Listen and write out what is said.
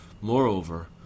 Moreover